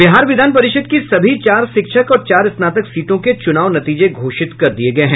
बिहार विधान परिषद की सभी चार शिक्षक और चार स्नातक सीटों के चुनाव नतीजे घोषित कर दिए गए हैं